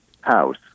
House